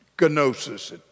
gnosis